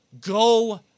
Go